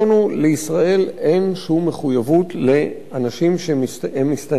לישראל אין שום מחויבות לאנשים שהם מסתנני עבודה.